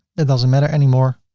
it doesn't matter anymore.